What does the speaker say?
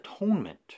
atonement